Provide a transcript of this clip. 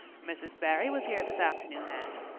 mrs. barry was here this afternoon, anne.